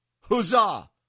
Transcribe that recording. Huzzah